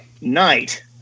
night